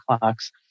clocks